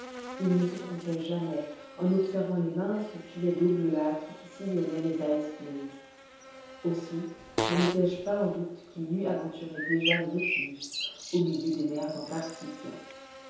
il ne se trompait jamais en observant les minces filets d'eau bleuâtre qui sillonnaient les ice fields aussi ne mettais je pas en doute qu'il n'eût aventuré déjà le nautilus au milieu des mers antarctiques